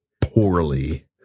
poorly